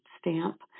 stamp